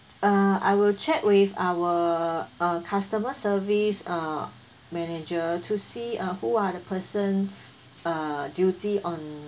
uh I will check with our uh our customer service uh manager to see ah who are the person uh duty on